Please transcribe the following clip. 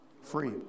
Free